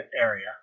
area